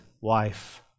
wife